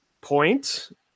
point